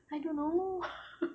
I don't know